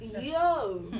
Yo